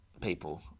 people